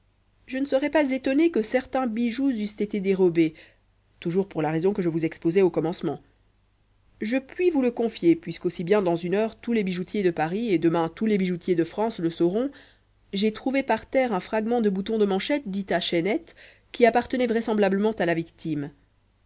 je ne serais pas étonné que certains bijoux eussent été dérobés toujours pour la raison que je vous exposais au commencement je puis vous le confier puisqu'aussi bien dans une heure tous les bijoutiers de paris et demain tous les bijoutiers de france le sauront j'ai trouvé par terre un fragment de bouton de manchette dit à chaînette qui appartenait vraisemblablement à la victime